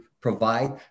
provide